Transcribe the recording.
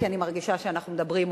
כי אני מרגישה שאנחנו מדברים,